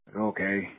okay